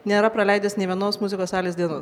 nėra praleidęs nė vienos muzikos salės dienos